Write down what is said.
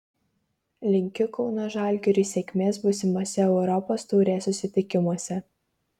linkiu kauno žalgiriui sėkmės būsimose europos taurės susitikimuose